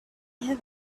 have